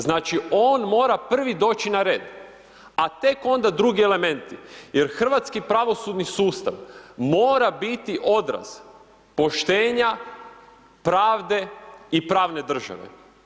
Znači, on mora prvi doći na red, a tek onda drugi elementi jer hrvatski pravosudni sustav mora biti odraz poštenja, pravde i pravne države.